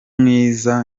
mwiza